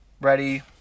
Ready